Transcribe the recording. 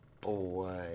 boy